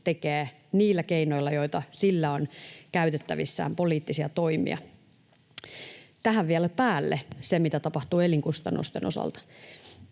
tekee niillä keinoilla, joita sillä on käytettävissään, poliittisia toimia. Tähän tulee vielä päälle se, mitä tapahtuu elinkustannusten osalta.